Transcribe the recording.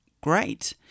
great